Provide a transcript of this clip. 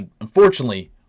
unfortunately